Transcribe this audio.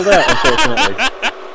unfortunately